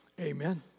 Amen